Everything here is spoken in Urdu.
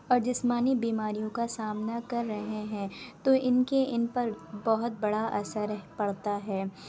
اور جسمانی بیماریوں کا سامنا کر رہے ہیں تو ان کے ان پر بہت بڑا اثر پڑتا ہے